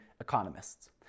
economists